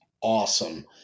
awesome